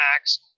Max